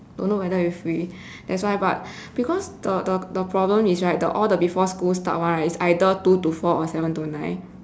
don't know whether if free that's why but because the the the problem is right all the before school start [one] right is either two to four or seven to nine